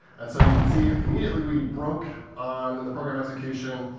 and so you can see immediately, we broke on the program execution.